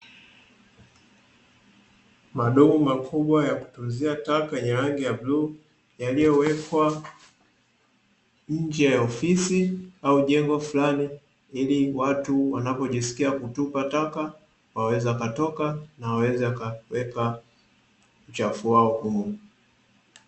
Madumu makubwa ya kutunzia taka yenye rangi ya bluu, yaliyowekwa nje ya ofisi au jengo flani ili watu wanapojiskia kutupa taka wanaweza wakatoka na wanaweza wakaweka uchafu wao humo.